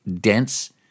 dense